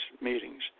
meetings